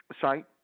site